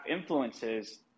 influences